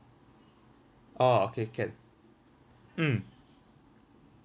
orh okay can mm